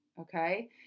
okay